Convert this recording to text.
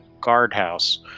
guardhouse